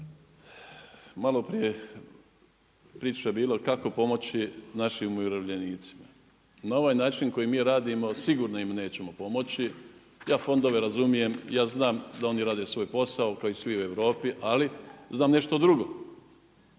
malo prije priča je bila kako pomoći našim umirovljenicima. Na ovaj način na koji mi radimo sigurno im nećemo pomoći. Ja fondove razumijem. Ja znam da oni rade svoj posao kao i svi u Europi, ali znam nešto drugo.